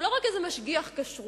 שהוא לא רק איזה משגיח כשרות,